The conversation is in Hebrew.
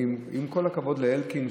עם כל הכבוד לאלקין,